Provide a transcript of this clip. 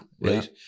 right